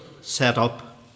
Setup